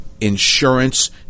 insurance